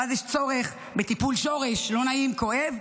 ואז יש צורך בטיפול שורש לא נעים וכואב,